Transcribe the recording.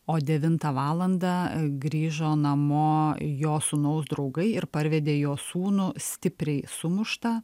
o devintą valandą grįžo namo jo sūnaus draugai ir parvedė jo sūnų stipriai sumuštą